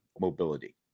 mobility